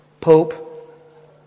Pope